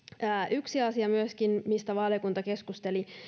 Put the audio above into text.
yksi asia myöskin mistä valiokunta keskusteli